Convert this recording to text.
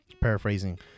paraphrasing